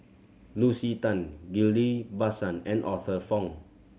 Lucy Tan Ghillie Basan and Arthur Fong